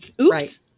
Oops